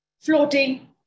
floating